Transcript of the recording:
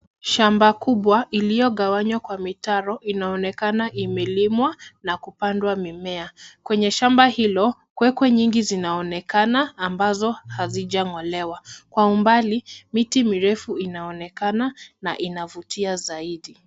Shamba kubwa iliyogawanywa kwa mitaro inaonekana imelimwa na kupandwa mimea. Kwenye shamba hilo kwekwe nyingi zinaonekana ambazo hazijang'olewa. Kwa umbali miti mirefu inaonekana na inavutia zaidi.